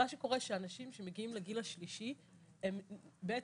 מה שקורה שאנשים שמגיעים לגיל השלישי הם בעצם,